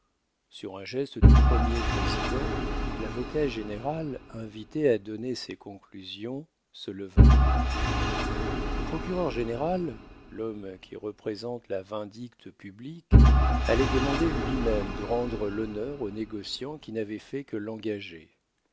sur un geste du premier président lavocat général invité à donner ses conclusions se leva le procureur-général l'homme qui représente la vindicte publique allait demander lui-même de rendre l'honneur au négociant qui n'avait fait que